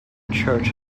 church